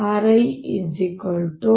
ನಾನು RI u